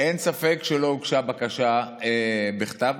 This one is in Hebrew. ספק שלא הוגשה בקשה בכתב,